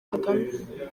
kagame